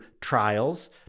trials